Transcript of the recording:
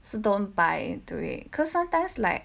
so don't buy do it because sometimes like